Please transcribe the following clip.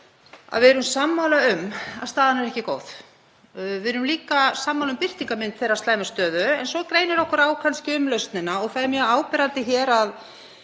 að við erum sammála um að staðan er ekki góð. Við erum líka sammála um birtingarmynd þeirrar slæmu stöðu en svo greinir okkur kannski á um lausnina. Það er mjög áberandi hér að